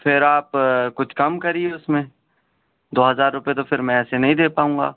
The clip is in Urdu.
پھر آپ کچھ کم کریے اس میں دو ہزار روپئے تو پھر میں ایسے نہیں دے پاؤں گا